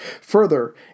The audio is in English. Further